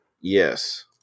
Yes